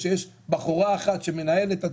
שיש בחורה אחת שמנהלת את הדברים.